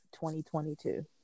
2022